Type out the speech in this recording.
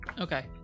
Okay